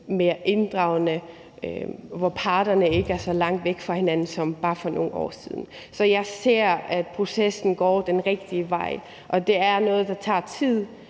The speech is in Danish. mere inddragende, og hvor parterne ikke er så langt væk fra hinanden, som de var bare for nogle år siden. Så jeg ser, at processen går den rigtige vej. Det er noget, der tager tid,